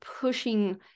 pushing